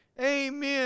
Amen